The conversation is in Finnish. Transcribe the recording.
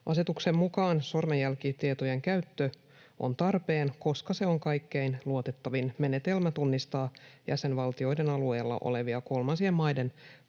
Asetuksen mukaan sormenjälkitietojen käyttö on tarpeen, koska se on kaikkein luotettavin menetelmä tunnistaa jäsenvaltioiden alueella olevia kolmansien maiden